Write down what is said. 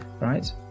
Right